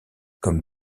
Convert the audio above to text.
comme